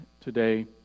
today